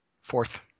Fourth